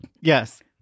Yes